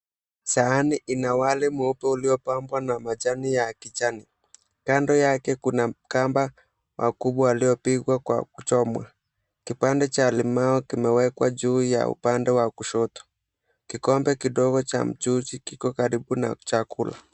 Sahani ina wali mweupe uliopambwa majani ya kijani. Kando yake kuna kamba makubwa aliyepikwa kwa kuchomwa. Kipande cha limau kimewekwa juu ya upande wa kushoto. Kikombe kidogo cha mchuzi kiko karibu na chakula.